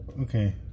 Okay